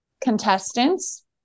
contestants